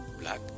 black